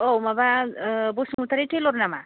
औ माबा बसुमतारी तेयलर नामा